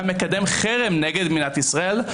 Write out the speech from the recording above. המקדם חרם נגד מדינת ישראל,